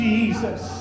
Jesus